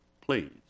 please